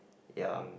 ya